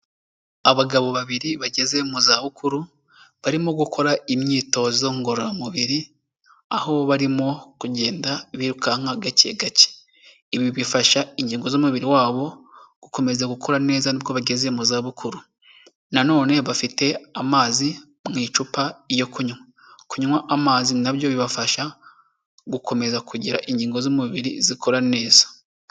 Abagabo babiri bageze mu zabukuru, barimo gukora imyitozo ngororamubiri, aho barimo kugenda birukanka gake gake. Ibi bifasha ingingo z'umubiri wabo gukomeza gukura neza ari nako bageze mu zabukuru. Nanone bafite amazi mu icupa yo kunywa. Kunywa amazi nabyo bibafasha gukomeza kugira ingingo z'umubiri zikora neza.